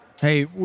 Hey